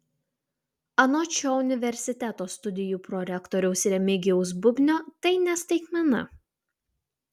anot šio universiteto studijų prorektoriaus remigijaus bubnio tai ne staigmena